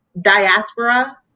diaspora